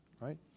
right